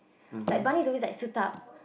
like Barney is always like suit up